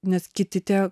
nes kiti tie